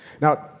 Now